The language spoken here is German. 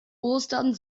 ostern